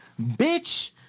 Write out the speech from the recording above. bitch